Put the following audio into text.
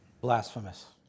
Blasphemous